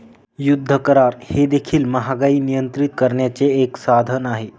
युद्ध करार हे देखील महागाई नियंत्रित करण्याचे एक साधन आहे